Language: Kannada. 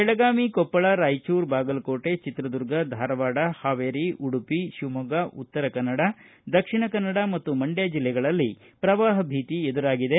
ಬೆಳಗಾವಿ ಕೊಪ್ಪಳ ರಾಯಚೂರು ಬಾಗಲಕೋಟೆ ಚಿಕ್ರದುರ್ಗ ಧಾರವಾಡ ಹಾವೇರಿ ಉಡುಪಿ ಶಿವಮೊಗ್ಗ ಉತ್ತರ ಕನ್ನಡ ದಕ್ಷಿಣ ಕನ್ನಡ ಮತ್ತು ಮಂಡ್ಯ ಜಿಲ್ಲೆಗಳಲ್ಲಿ ಪ್ರವಾಹ ಭೀತಿ ಎದುರಾಗಿದೆ